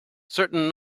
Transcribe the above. certain